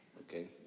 Okay